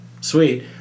Sweet